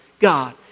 God